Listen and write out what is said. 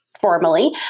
formally